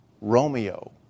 Romeo